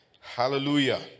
Hallelujah